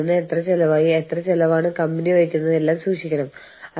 കൂടാതെ അവർ റഗ്മാർക്കിന്റെ ഈ മുഴുവൻ ആശയം കൊണ്ടുവന്നു